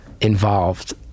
involved